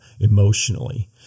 emotionally